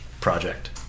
project